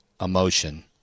emotion